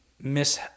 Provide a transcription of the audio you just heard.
miss